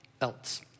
else